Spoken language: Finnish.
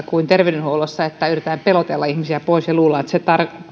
kuin terveydenhuollossa että yritetään pelotella ihmisiä pois ja luullaan että se